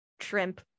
shrimp